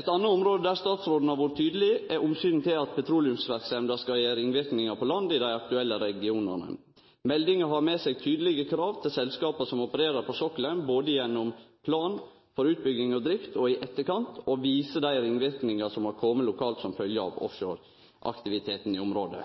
Statsråden har også vore tydeleg når det gjeld omsynet til at petroleumsverksemda skal gje ringverknader på land i dei aktuelle regionane. Meldinga har i seg tydelege krav til selskapa som opererer på sokkelen, både gjennom plan for utbygging og drift og, i etterkant, gjennom å vise til dei ringverknadene som har kome lokalt som følgje av offshoreaktiviteten i området.